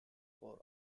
four